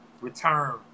return